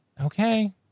Okay